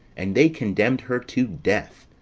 and they condemned her to death.